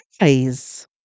eyes